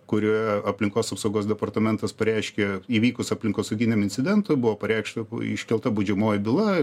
kurioje aplinkos apsaugos departamentas pareiškė įvykus aplinkosauginiam incidentui buvo pareikšta iškelta baudžiamoji byla